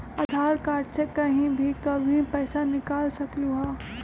आधार card से कहीं भी कभी पईसा निकाल सकलहु ह?